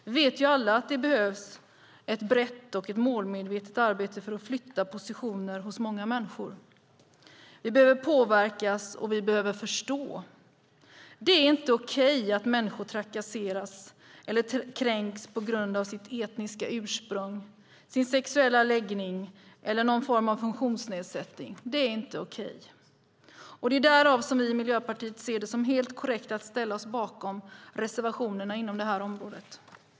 Vi vet alla att det behövs ett brett och ett målmedvetet arbete för att flytta positioner hos många människor. Vi behöver påverkas, och vi behöver förstå. Det är inte okej att människor trakasseras eller kränks på grund av sitt etniska ursprung, sin sexuella läggning eller någon form av funktionsnedsättning. Det är inte okej, och det är därför som vi i Miljöpartiet ser det som helt korrekt att ställa oss bakom reservationerna inom det här området.